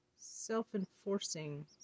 self-enforcing